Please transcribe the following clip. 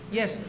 yes